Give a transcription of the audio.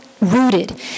rooted